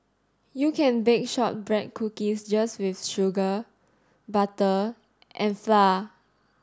you can bake shortbread cookies just with sugar butter and flour